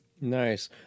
Nice